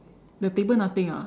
the table nothing ah